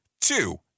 two